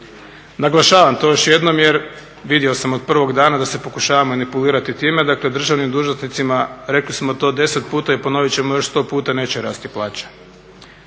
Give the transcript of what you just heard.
Naglašavam to još jednom jer vidio sam od prvog dana da se pokušava manipulirati time, dakle državnim dužnosnicima, rekli smo 10 puta i ponovit ćemo još 100 puta, neće rasti plaće.